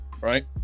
right